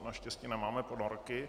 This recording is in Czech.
Naštěstí nemáme ponorky.